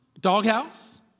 doghouse